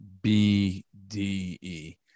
BDE